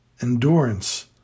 endurance